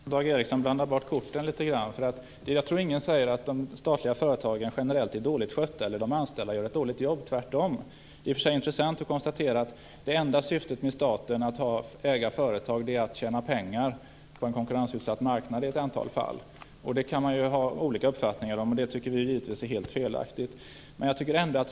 Fru talman! Dag Ericson blandar bort korten. Jag tror inte att någon säger att de statliga företagen generellt är dåligt skötta eller att de anställda gör ett dåligt jobb - tvärtom. Det är i och för sig intressant att konstatera att det enda syftet för staten att äga företag är att tjäna pengar på en konkurrensutsatt marknad i ett antal fall. Man kan ha olika uppfattningar om det, och vi tycker givetvis att det är helt felaktigt.